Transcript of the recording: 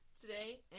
Today